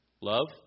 Love